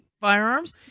firearms